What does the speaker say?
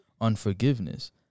unforgiveness